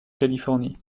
californie